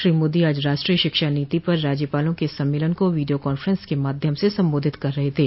श्री मोदी आज राष्ट्रीय शिक्षा नीति पर राज्यपालों के सम्मेलन का वीडियो कांफ्रेंस के माध्यम से संबोधित कर रहे थे